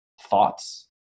thoughts